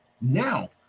Now